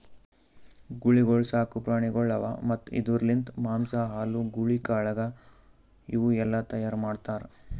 ಗೂಳಿಗೊಳ್ ಸಾಕು ಪ್ರಾಣಿಗೊಳ್ ಅವಾ ಮತ್ತ್ ಇದುರ್ ಲಿಂತ್ ಮಾಂಸ, ಹಾಲು, ಗೂಳಿ ಕಾಳಗ ಇವು ಎಲ್ಲಾ ತೈಯಾರ್ ಮಾಡ್ತಾರ್